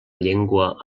llengua